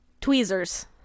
Tweezers